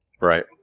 Right